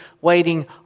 waiting